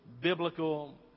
biblical